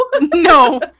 No